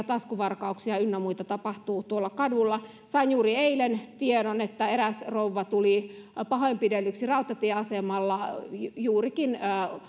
taskuvarkauksia ynnä muita tapahtuu tuolla kadulla sain juuri eilen tiedon että eräs rouva tuli pahoinpidellyksi rautatieasemalla juurikin